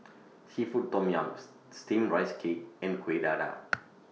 Seafood Tom Yum Steamed Rice Cake and Kuih Dadar